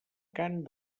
cant